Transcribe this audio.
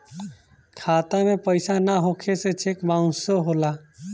खाता में पइसा ना होखे से चेक बाउंसो होला